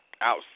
out